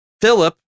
Philip